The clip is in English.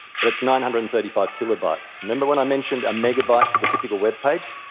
but it's nine hundred and thirty five kilobytes. remember when i mentioned a megabyte for the typical webpage?